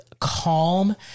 calm